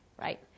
right